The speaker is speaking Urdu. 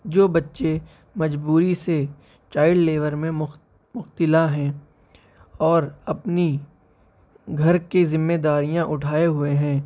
جو بچے مجبوری سے چائلڈ لیبر میں مبتلا ہیں اور اپنی گھر کے ذمہ داریاں اٹھائے ہوئے ہیں